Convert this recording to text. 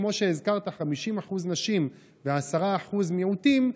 כמו שהזכרת 50% נשים ו-10% מיעוטים,